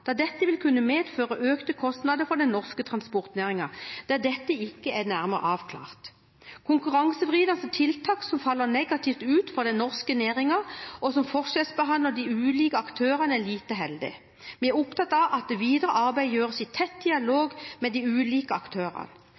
da dette vil kunne medføre økte kostnader for den norske transportnæringen der dette ikke er nærmere avklart. Konkurransevridende tiltak som faller negativt ut for den norske næringen, og som forskjellsbehandler de ulike aktørene, er lite heldig. Vi er opptatt av at videre arbeid gjøres i tett dialog med de ulike aktørene.